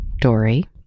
Dory